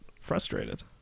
frustrated